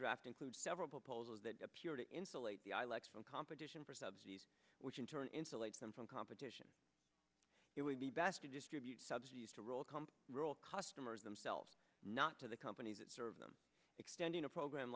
draft includes several proposals that appear to insulate the i like from competition for subsidies which in turn insulate them from competition it would be best to distribute subsidies to roll comp roll customers themselves not to the companies that serve them extending a program